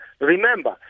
Remember